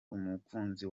umukunzi